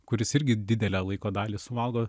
kuris irgi didelę laiko dalį suvalgo